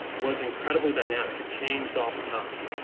was incredibly dynamic. it changed all the time.